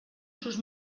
sus